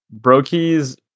brokey's